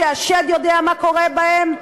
שהשד יודע מה קורה בהם?